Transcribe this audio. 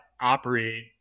operate